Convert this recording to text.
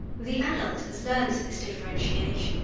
the adult has learnt this differentiation